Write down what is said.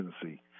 Tennessee